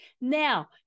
Now